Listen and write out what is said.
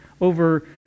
over